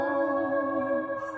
love